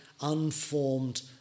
unformed